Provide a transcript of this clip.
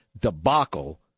debacle